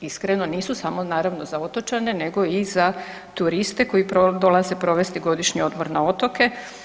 iskreno nisu samo naravno za otočane nego i za turiste koji dolaze provesti godišnji odmor na otoke.